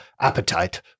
appetite